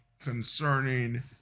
concerning